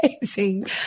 amazing